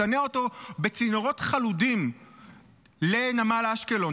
לשנע אותו בצינורות חלודים לנמל אשקלון,